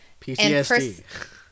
PTSD